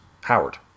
Howard